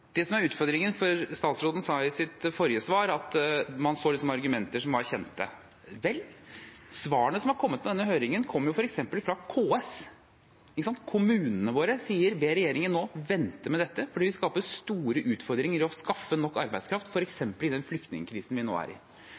Det som er utfordringen – for statsråden sa i sitt forrige svar at man så argumenter som var kjente – er svarene som er kommet med denne høringen, f.eks. fra KS. Kommunene våre ber nå regjeringen vente med dette fordi det vil skape store utfordringer med å skaffe norsk arbeidskraft, f.eks. i den flyktningkrisen vi nå er i.